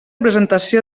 presentació